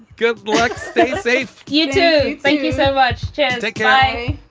good luck. stay safe you, too. thank you so much chanda guy